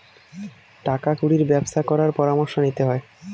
টাকা কুড়ির ব্যবসা করার পরামর্শ নিতে হয়